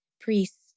priests